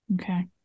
okay